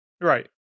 right